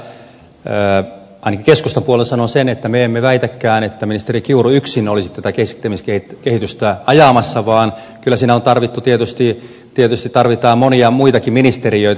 minä tässä ainakin keskustan puolesta sanon sen että me emme väitäkään että ministeri kiuru yksin olisi tätä keskittämiskehitystä ajamassa vaan kyllä siinä on tarvittu tietysti tarvitaan monia muitakin ministeriöitä samansuuntaisesti